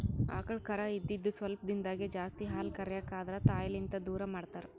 ಆಕಳ್ ಕರಾ ಇದ್ದಿದ್ ಸ್ವಲ್ಪ್ ದಿಂದಾಗೇ ಜಾಸ್ತಿ ಹಾಲ್ ಕರ್ಯಕ್ ಆದ್ರ ತಾಯಿಲಿಂತ್ ದೂರ್ ಮಾಡ್ತಾರ್